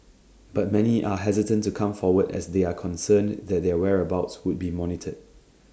but many are hesitant to come forward as they are concerned that their whereabouts would be monitored